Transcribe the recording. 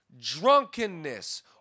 drunkenness